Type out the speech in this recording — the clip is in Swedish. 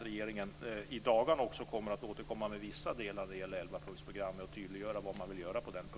Regeringen kommer i dagarna att återkomma för att i vissa delar tydliggöra vad man vill göra med